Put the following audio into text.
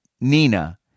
Nina